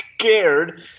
scared